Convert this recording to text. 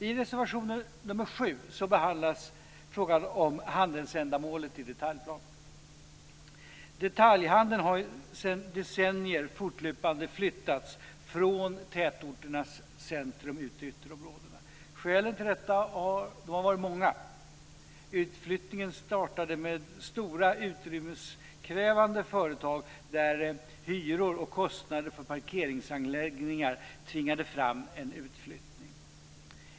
I reservation 7 behandlas frågan om handelsändamålet i detaljplan. Detaljhandeln har sedan decennier fortlöpande flyttats från tätorternas centrum ut till ytterområdena. Skälen till detta har varit många. Utflyttningen startade med stora, utrymmeskrävande företag där hyror och kostnader för parkeringsanläggningar tvingade fram en utflyttning.